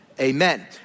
amen